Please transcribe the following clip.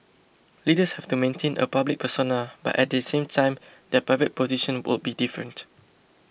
leaders have to maintain a public persona but at the same time their private position would be different